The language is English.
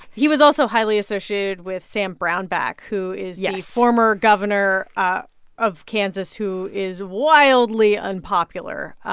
he was also highly associated with sam brownback, who is. yes. the former governor ah of kansas, who is wildly unpopular.